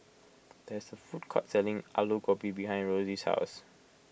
there is a food court selling Alu Gobi behind Rossie's house